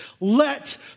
Let